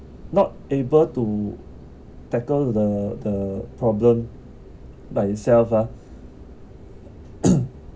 not able to tackle the the problem by itself ah